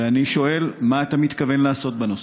ואני שואל מה אתה מתכוון לעשות בנושא.